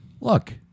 Look